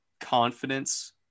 confidence